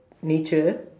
nature